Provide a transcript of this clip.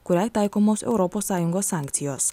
kuriai taikomos europos sąjungos sankcijos